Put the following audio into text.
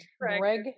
Greg